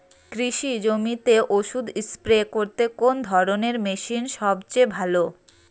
কৃষি জমিতে ওষুধ স্প্রে করতে কোন ধরণের মেশিন সবচেয়ে ভালো?